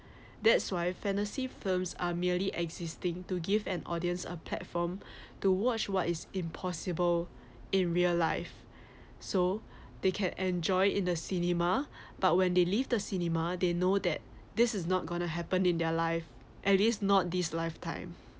that's why a fantasy films are merely existing to give an audience a platform to watch what is impossible in real life so they can enjoy in the cinema but when they leave the cinema they know that this is not going to happen in their life at least not this lifetime